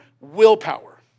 willpower